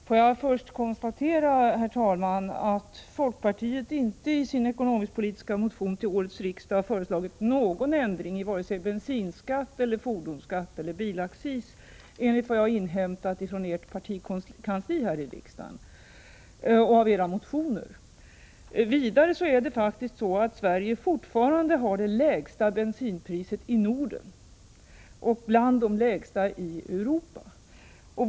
Herr talman! Får jag först konstatera att ni inom folkpartiet, enligt vad jag har inhämtat från ert partikansli här i riksdagen, i er ekonomisk-politiska motion till detta riksmöte inte har föreslagit någon ändring av vare sig bensinskatt, fordonsskatt eller bilaccis. Några sådana förslag framläggs inte heller i andra motioner. Sverige har fortfarande det lägsta bensinpriset i Norden och priset är bland de lägsta i Europa.